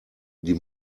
die